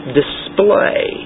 display